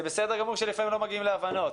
זה בסדר גמור שלפעמים לא מגיעים להבנות,